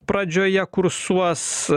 pradžioje kursuos